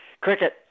Cricket